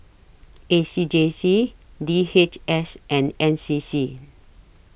A C J C D H S and N C C